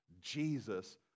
jesus